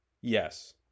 Yes